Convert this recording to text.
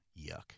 yuck